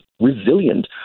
resilient